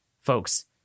folks